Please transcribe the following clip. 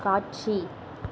காட்சி